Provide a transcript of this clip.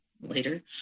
later